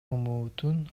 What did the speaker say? үмүтүн